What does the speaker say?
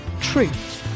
truth